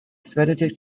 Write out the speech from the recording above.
strategic